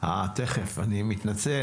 מתנצל.